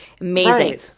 Amazing